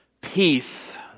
Peace